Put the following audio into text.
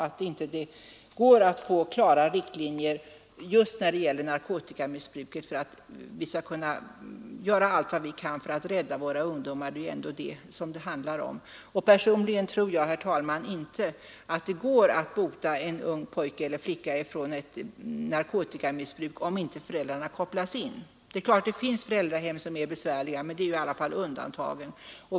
Det måste skapas klara riktlinjer just när det gäller narkotikamissbruket, så att vi kan göra allt vad som är möjligt för att rädda våra ungdomar. Det är ändå detta som det handlar om. Personligen tror jag inte, herr talman, att man kan bota en ung pojke eller flicka från narkotikamissbruk om inte föräldrarna kopplas in. Självfallet finns det besvärliga föräldrahem, men det tillhör ändå undantagen.